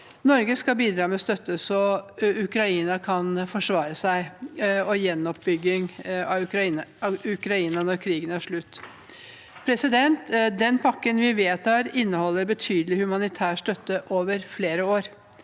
Norge skal bidra med støtte, så Ukraina kan forsvare seg, og til gjenoppbygging av Ukraina når krigen er slutt. Den pakken vi vedtar, inneholder betydelig humanitær støtte over flere år.